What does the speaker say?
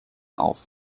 auf